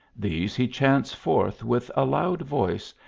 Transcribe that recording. these he chants forth with a loud voice,